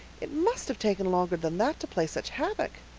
it must have taken longer than that to play such havoc.